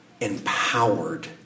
empowered